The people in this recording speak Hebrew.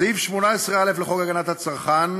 סעיף 18א לחוק הגנת הצרכן,